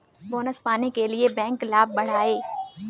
bonus पाने के लिए बैंक लाभ बढ़ाएं